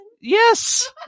Yes